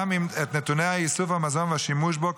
גם את נתוני איסוף המזון והשימוש בו,